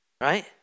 right